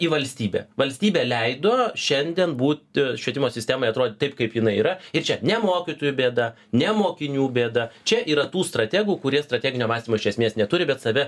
į valstybę valstybė leido šiandien būt švietimo sistemai atrodyt taip kaip jinai yra ir čia ne mokytojų bėda ne mokinių bėda čia yra tų strategų kurie strateginio mąstymo iš esmės neturi bet save